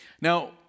Now